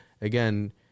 again